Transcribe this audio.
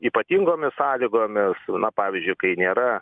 ypatingomis sąlygomis na pavyzdžiui kai nėra